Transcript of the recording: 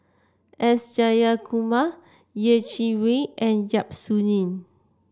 S Jayakumar Yeh Chi Wei and Yap Su Yin